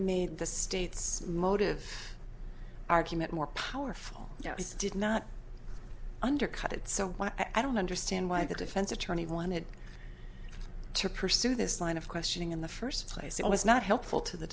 made the state's motive argument more powerful is did not undercut it so i don't understand why the defense attorney wanted to pursue this line of questioning in the first place it was not helpful to the